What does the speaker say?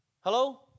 Hello